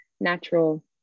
natural